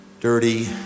dirty